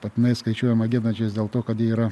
patinai skaičiuojama giedančiais dėl to kad jie yra